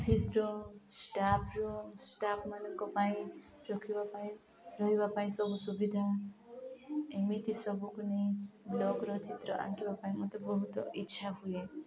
ଅଫିସ୍ର ଷ୍ଟାଫ୍ର ଷ୍ଟାଫ୍ମାନଙ୍କ ପାଇଁ ରଖିବା ପାଇଁ ରହିବା ପାଇଁ ସବୁ ସୁବିଧା ଏମିତି ସବୁକୁ ନେଇ ବ୍ଲଗ୍ର ଚିତ୍ର ଆଙ୍କିବା ପାଇଁ ମୋତେ ବହୁତ ଇଚ୍ଛା ହୁଏ